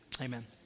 amen